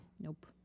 Nope